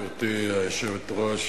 גברתי היושבת-ראש,